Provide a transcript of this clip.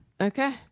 okay